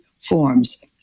forms